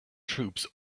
troops